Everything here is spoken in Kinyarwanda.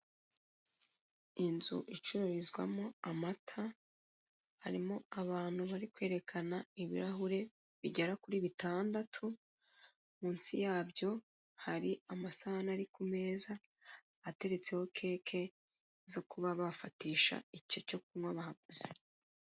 Inzu icururizwamo amata, harimo abantu bari kwerekana ibirahuri bigera kuri bitandatu, munsi yabyo hari amasahani ari kumeza ateretseho keke zo kuba bafatisha icyo cyo kunywa bahaguze.